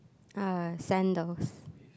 uh sandals